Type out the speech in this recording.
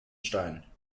stein